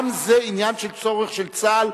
גם זה עניין של צורך של צה"ל,